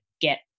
get